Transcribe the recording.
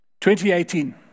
2018